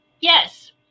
Yes